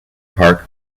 park